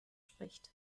spricht